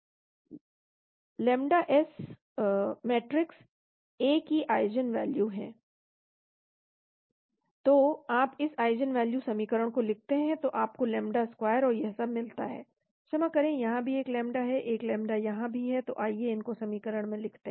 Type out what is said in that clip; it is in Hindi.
dAc dtk21 Ap− k12k10 Ac dAp dtk12 Ac−k21 Ap dx dt A x xCe−λ1tDe−λ2t λ s matrix A की आइजेन वैल्यू हैं 0 λ2 l a11a22 a11a22 - a21a12 0 तो आप इस आइजेन वैल्यू समीकरण को लिखते हैं तो आपको लैम्ब्डा स्क्वायर और यह सब मिलता है क्षमा करें यहां भी एक लैम्ब्डा है एक लैम्ब्डा यहां भी है तो आइए इनको समीकरण में लिखते हैं